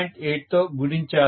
8 తో గుణించాలి